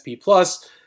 plus